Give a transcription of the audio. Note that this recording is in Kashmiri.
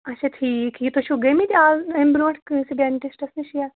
اَچھا ٹھیٖک یہِ تُہۍ چھُو گٔمٕتۍ اَز اَمہِ برٛونٛٹھ کٲنٛسہِ ڈینٹِسٹَس نِش یَتھ